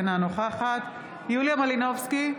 אינה נוכחת יוליה מלינובסקי,